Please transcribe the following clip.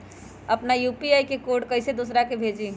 अपना यू.पी.आई के कोड कईसे दूसरा के भेजी?